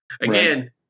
again